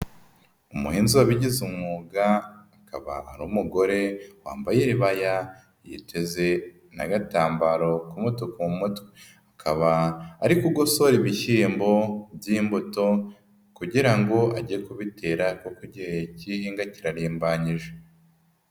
Umuhinzi wabigize umwuga akaba ari umugore wambaye iribaya yiteze n'agatambaro k'umutuku mu mutwe akaba ari kugosora ibishyimbo by'imbuto, kugira ngo ajye kubitera kuko igihe k'ihinga kirarimbanyije.